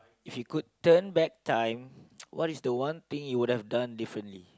if you could turn back time what is the one thing you would have done differently